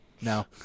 No